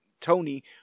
Tony